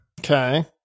okay